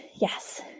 yes